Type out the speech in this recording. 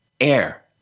air